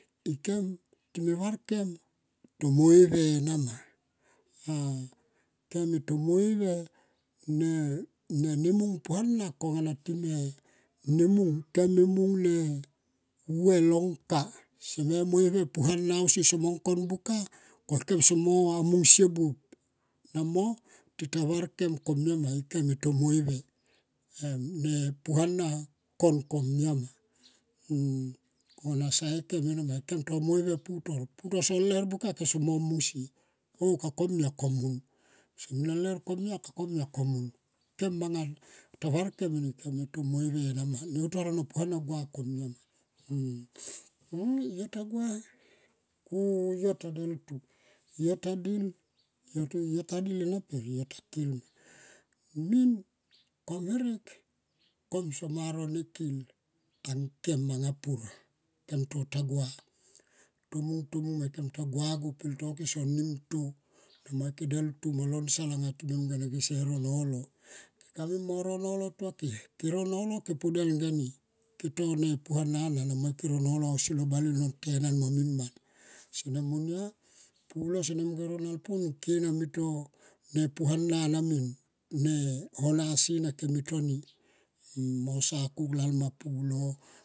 Ikem time me var kem, kem e tomoi ve ne mung puana konga na time mung puana konga na time mung ne vue lo ngka ko ikem soa mung sie buop tita var kem komia ma ikem e tomoive em ne puana kon komiama kem anga ta var kem komia ma. Yo ta gua yo ta del yo ta del ena yo ta kil ena ma kom herek kom soma ro ne kil ang kem manga me pur kem to ta gua ke ta gua go peltoke son nimto kemse deltu lo nsal ano nolo. Kamui mo ro nolo tuake. Kero nolo ke po ele nge ni keto puana na ausi lo baleno tenan mo miman. Pulo sono mungo ne mo ro nal pun. Ne puana min ne hona sina min mo sa kuk lalma pulo.